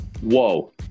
Whoa